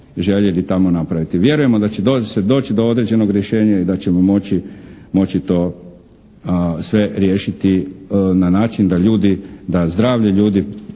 željeli tamo napraviti. Vjerujemo da će se doći do određenog rješenja i da ćemo moći to sve riješiti na način da zdravlje ljudi